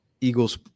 Eagles